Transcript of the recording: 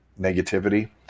negativity